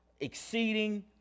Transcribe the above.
exceeding